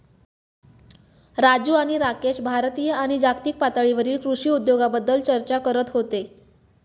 राजू आणि राकेश भारतीय आणि जागतिक पातळीवरील कृषी उद्योगाबद्दल चर्चा करत होते